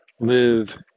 live